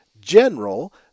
general